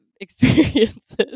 experiences